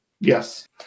Yes